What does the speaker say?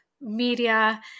media